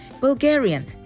Bulgarian